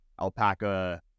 alpaca